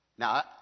Now